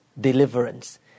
deliverance